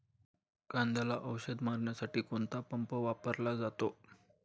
कांद्याला औषध मारण्यासाठी कोणता पंप वापरला जातो?